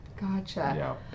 Gotcha